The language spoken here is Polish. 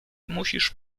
musisz